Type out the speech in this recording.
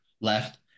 left